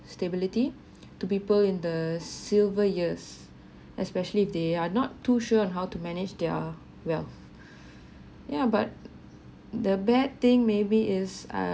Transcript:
stability to people in the silver years especially if they are not too sure on how to manage their wealth yeah but the bad thing maybe is a